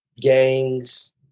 gangs